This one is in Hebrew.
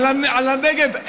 על הנגב,